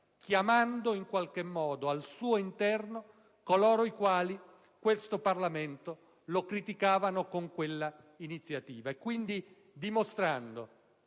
chiamando in qualche modo al suo interno coloro i quali questo Parlamento lo criticavano con quella iniziativa, quindi dimostrando